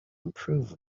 improve